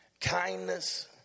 kindness